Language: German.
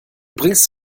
bringst